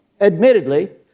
admittedly